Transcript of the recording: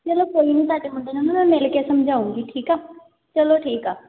ਚਲੋ ਕੋਈ ਨਹੀਂ ਤੁਹਾਡੇ ਮੁੰਡੇ ਨੂੰ ਨਾ ਮੈਂ ਮਿਲ ਕੇ ਸਮਝਾਉਂਗੀ ਠੀਕ ਆ ਚਲੋ ਠੀਕ ਆ